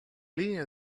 línea